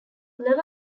level